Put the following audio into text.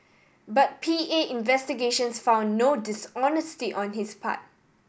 but P A investigations found no dishonesty on his part